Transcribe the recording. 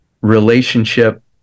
relationship